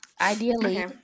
Ideally